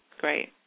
great